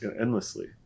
endlessly